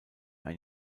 ein